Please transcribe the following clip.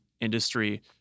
industry